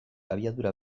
abiadura